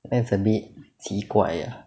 that's a bit 奇怪 ah